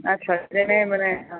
আচ্ছা